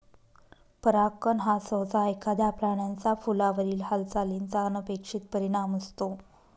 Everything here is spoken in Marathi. परागकण हा सहसा एखाद्या प्राण्याचा फुलावरील हालचालीचा अनपेक्षित परिणाम असतो